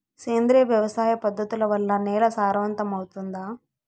సేంద్రియ వ్యవసాయ పద్ధతుల వల్ల, నేల సారవంతమౌతుందా?